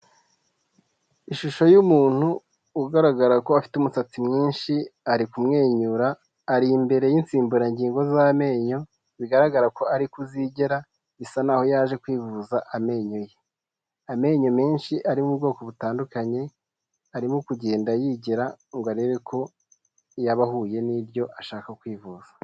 Ishusho y'umuntu ugaragara ko afite umusatsi mwinshi, ari kumwenyura, ari imbere y'insimburangingo z'amenyo, bigaragara ko ari kuzigera, bisa n'aho yaje kwivuza amenyo ye. Amenyo menshi ari mu bwoko butandukanye, arimo kugenda yigera ngo arebe ko yaba ahuye n'ibyo ashaka kwivuza.